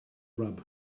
rub